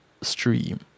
stream